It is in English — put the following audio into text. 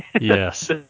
Yes